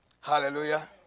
Hallelujah